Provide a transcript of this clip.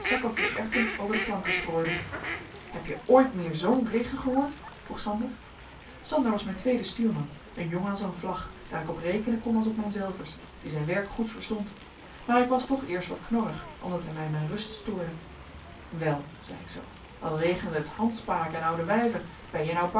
vol erreten over de planken strooiden heb je ooit meer zoo'n regen gehoord vroeg sander sander was mijn tweede stuurman een jongen als een vlag daar ik op rekenen kon als op mijn zelvers die zijn werk goed verstond maar ik was toch eerst wat knorrig omdat hij mij in mijn rust stoorde wel zei ik zoo al regende het handspaken en oude wijven ben je nou